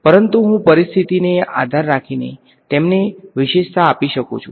પરંતુ હું પરિસ્થિતિને આધાર રાખીને તેમને વિશેષતા આપી શકું છું